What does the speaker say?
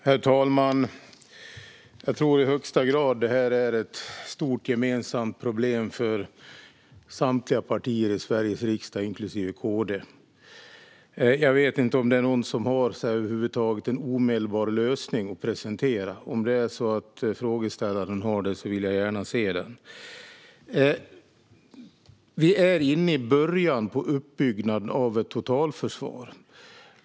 Herr talman! Jag tror att det här är ett i högsta grad stort och gemensamt problem för samtliga partier i Sveriges riksdag, inklusive KD. Jag vet inte om det är någon över huvud taget som har en omedelbar lösning att presentera. Om frågeställaren har det vill jag gärna se den. Vi är i början av uppbyggnaden av ett totalförsvar.